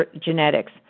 genetics